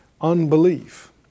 Unbelief